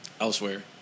Elsewhere